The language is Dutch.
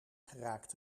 geraakt